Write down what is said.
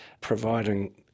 providing